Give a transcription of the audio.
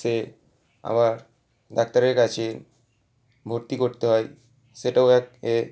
সে আবার ডাক্তারের কাছে ভর্তি করতে হয় সেটাও এক এ